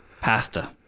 pasta